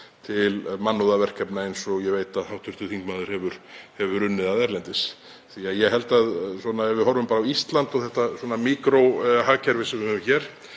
til mannúðarverkefna, eins og ég veit að hv. þingmaður hefur unnið að erlendis? Því ég held að ef við horfum bara á Ísland og þetta míkróhagkerfi sem við höfum þá